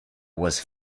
was